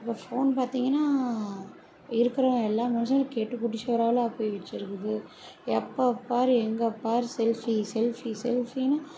இப்போ ஃபோன் பார்த்தீங்கன்னா இருக்கிற எல்லா மனுஷங்களையும் கெட்டு குட்டிச்சோறால் போய் வச்சிருக்குது எப்போ பார் எங்கே பார் செல்ஃபி செல்ஃபி செல்ஃபின்னு